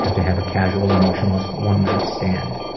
and to have a casual, emotionless one night stand.